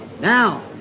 Now